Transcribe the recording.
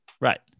Right